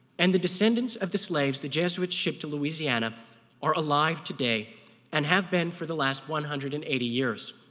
and the descendants of the slaves the jesuits shipped to louisiana are alive today and have been for the last one hundred and eighty years.